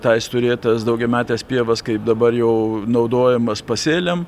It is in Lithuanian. tais turėtas daugiametes pievas kaip dabar jau naudojamas pasėliam